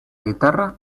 guitarra